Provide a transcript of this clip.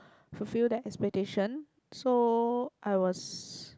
fulfill that expectation so I was